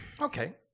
Okay